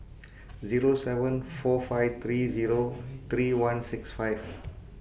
Zero seven four five three Zero three one six five